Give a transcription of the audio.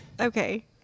Okay